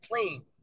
clean